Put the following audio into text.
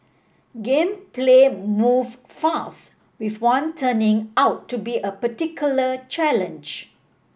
game play move with one turning out to be a particular challenge